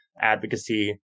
advocacy